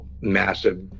massive